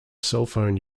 cellphone